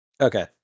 Okay